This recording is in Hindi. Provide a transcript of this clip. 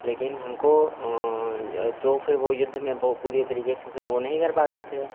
लेकिन हमको तो फिर युद्ध में वह पूरे तरीके से वह नहीं कर पाते थे